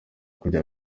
kujya